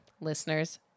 listeners